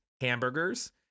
hamburgers